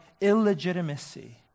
illegitimacy